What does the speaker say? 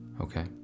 Okay